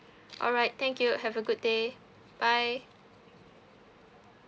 alright thank you have a good day bye